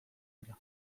dira